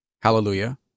Hallelujah